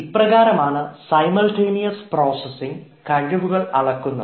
ഇപ്രകാരമാണ് simultaneous processing കഴിവുകൾ അളക്കുന്നത്